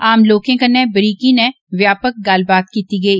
आम लोकें कन्नै बारीकी नै व्यापक गल्लबात कीती गेई